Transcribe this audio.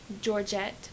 georgette